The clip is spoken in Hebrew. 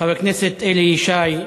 חבר הכנסת אלי ישי,